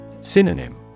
Synonym